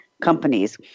companies